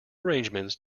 arrangements